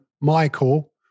Michael